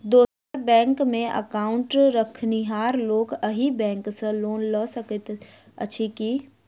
दोसर बैंकमे एकाउन्ट रखनिहार लोक अहि बैंक सँ लोन लऽ सकैत अछि की?